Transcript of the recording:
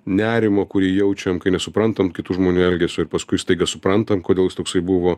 nerimo kurį jaučiam kai nesuprantam kitų žmonių elgesio ir paskui staiga suprantam kodėl jisai toksai buvo